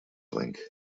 link